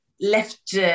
left